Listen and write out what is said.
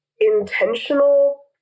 intentional